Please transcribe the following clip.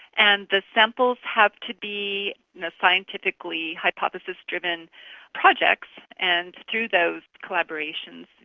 and the samples have to be scientifically hypothesis driven projects. and through those collaborations,